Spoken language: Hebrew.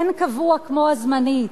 אין קבוע כמו הזמני.